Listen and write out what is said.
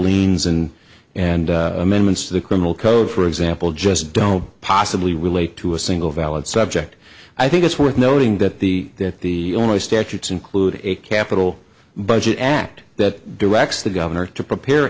liens and and amendments to the criminal code for example just don't possibly relate to a single valid subject i think it's worth noting that the that the only statutes include a capital budget act that directs the governor to prepare